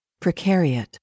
precariat